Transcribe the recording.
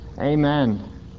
Amen